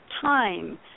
time